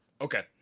Okay